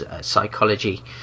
psychology